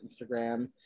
Instagram